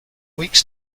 weeks